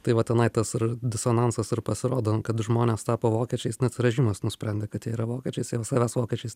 tai va tenai tas disonansas ir pasirodo kad žmonės tapo vokiečiais nes režimas nusprendė kad jie yra vokiečiais jeigu savęs vokiečiais